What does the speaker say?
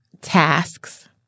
tasks